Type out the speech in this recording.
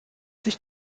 sich